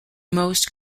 most